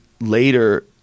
later